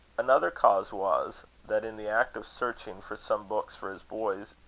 another cause was, that, in the act of searching for some books for his boys,